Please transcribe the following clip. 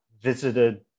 visited